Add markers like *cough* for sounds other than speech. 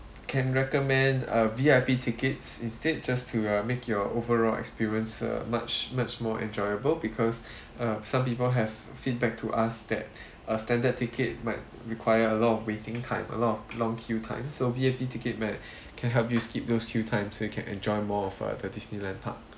can recommend a V_I_P tickets instead just to uh make your overall experiences much much more enjoyable because *breath* uh some people have feedback to us that a standard ticket might require a lot of waiting time a lot of long queue time so V_I_P ticket might can help you skip those queue times you can enjoy more of uh the Disneyland park